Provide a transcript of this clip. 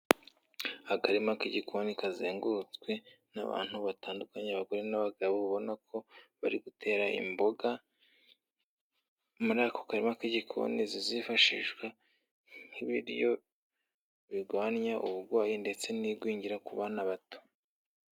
Akarima k'igikoni kazengurutswe n'abantu batandukanye, abagore n'abagabo ubona ko bari gutera imboga, muri ako karima k'igikoni, zizifashishwa nk'ibiryo birwanya uburwayi, ndetse n'igwingira ku bana bato.